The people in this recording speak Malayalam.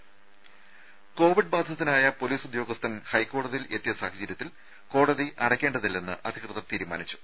ദേശ കോവിഡ് ബാധിതനായ പൊലീസ് ഉദ്യോഗസ്ഥൻ ഹൈക്കോടതിയിൽ എത്തിയ സാഹചര്യത്തിൽ കോടതി അടയ്ക്കേണ്ടതില്ലെന്ന് അധികൃതർ തീരുമാനിച്ചു